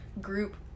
group